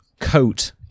coat